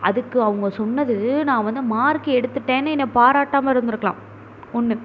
அதுக்கு அவங்க சொன்னது நான் வந்து மார்க் எடுத்துவிட்டேன்னு என்னை பாராட்டாமல் இருந்திருக்கலாம் ஒன்று ஆனால்